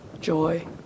joy